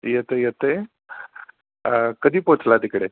येत येत आहे कधी पोहोचला तिकडे